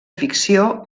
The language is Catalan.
ficció